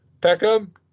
Peckham